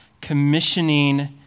commissioning